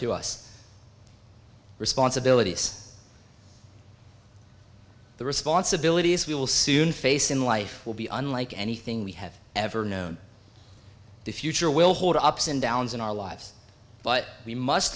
to us responsibilities the responsibilities we will soon face in life will be unlike anything we have ever known the future will hold ups and downs in our lives but we must